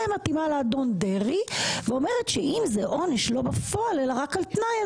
מתאימה לאדון דרעי ואומרת שאם זה עונש לא בפועל אלא רק על תנאי,